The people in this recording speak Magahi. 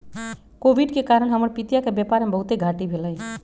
कोविड के कारण हमर पितिया के व्यापार में बहुते घाट्टी भेलइ